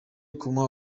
kumuha